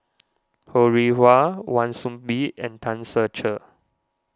Ho Rih Hwa Wan Soon Bee and Tan Ser Cher